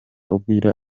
kubwira